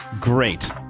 Great